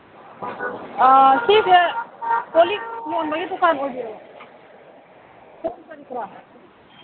ꯁꯤꯁꯦ ꯀꯣꯜ ꯂꯤꯛ ꯌꯣꯟꯕꯒꯤ ꯗꯨꯀꯥꯟ ꯑꯣꯏꯕꯤꯔꯕꯣ